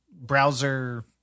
browser